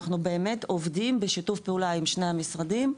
אנחנו באמת עובדים בשיתוף פעולה עם שני המשרדים.